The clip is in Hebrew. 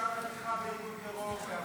הורשע בתמיכה בארגון טרור.